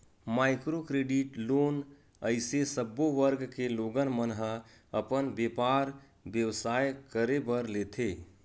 micro credit loan अइसे सब्बो वर्ग के लोगन मन ह अपन बेपार बेवसाय करे बर लेथे